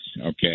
okay